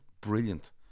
brilliant